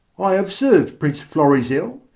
i have serv'd prince florizel,